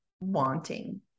wanting